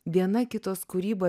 viena kitos kūrybą